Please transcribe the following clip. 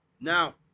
Now